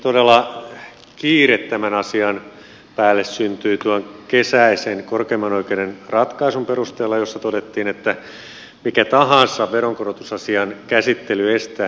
todella kiire tämän asian päälle syntyi tuon kesäisen korkeimman oikeuden ratkaisun perusteella jossa todettiin että mikä tahansa veronkorotus asian käsittelystä